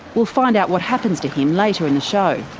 we'll find out what happens to him later in the show.